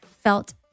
felt